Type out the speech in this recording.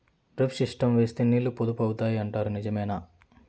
Drip system వేస్తే నీళ్లు పొదుపు అవుతాయి అంటారు నిజమేనా?